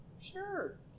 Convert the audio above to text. Sure